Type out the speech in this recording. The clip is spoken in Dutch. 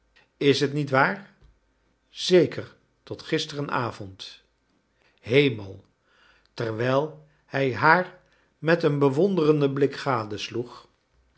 is het niet waar zeker tot gisterenavond hemel terwijl hij haar met een